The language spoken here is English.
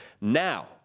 Now